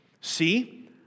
See